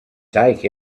take